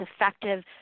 effective